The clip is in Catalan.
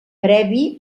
previ